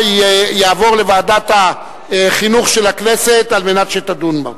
תעבור לוועדת החינוך של הכנסת על מנת שתדון בה.